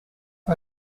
for